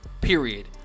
Period